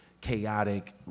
chaotic